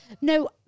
No